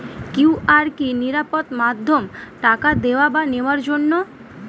QR কি নিরাপদ মাধ্যম টাকা দেওয়া বা নেওয়ার জন্য?